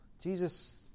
Jesus